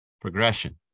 progression